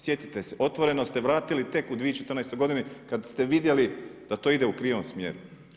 Sjetite se, otvoreno ste vratili tek u 2014. godini kada ste vidjeli da to ide u krivom smjeru.